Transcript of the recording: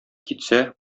китсә